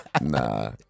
Nah